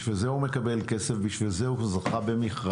בשביל זה הוא מקבל כסף, בשביל הוא זה זכה במכרז.